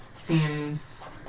Seems